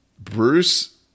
Bruce